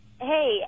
hey